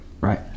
Right